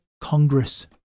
Congress